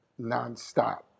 nonstop